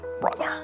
brother